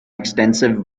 extensive